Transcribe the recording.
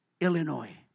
Illinois